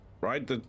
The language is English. right